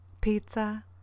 pizza